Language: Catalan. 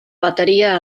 bateria